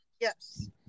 Yes